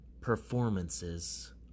performances